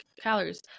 calories